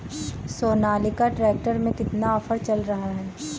Sonalika tractor में कितना offer चल रहा है?